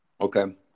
Okay